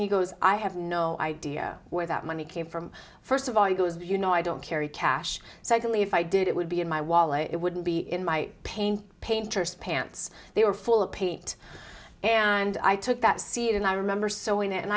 he goes i have no idea where that money came from first of all he goes you know i don't carry cash secondly if i did it would be in my wallet it wouldn't be in my paint painter's pants they were full of paint and i took that seat and i remember sewing it and